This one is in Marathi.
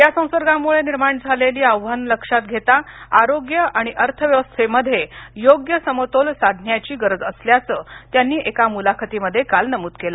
या संसर्गामुळे निर्माण झालेली आव्हानं लक्षात घेता आरोग्य आणि अर्थव्यवस्थेमध्ये योग्य समतोल साधण्याची गरज असल्याचं त्यांनी एका मुलाखतीमध्ये काल नमूद केलं